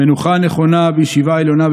"מנוחה נכונה בישיבה עליונה,